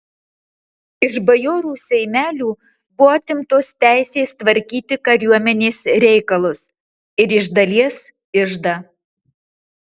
iš bajorų seimelių buvo atimtos teisės tvarkyti kariuomenės reikalus ir iš dalies iždą